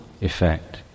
effect